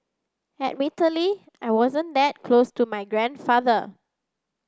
admittedly I wasn't that close to my grandfather